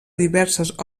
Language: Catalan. diverses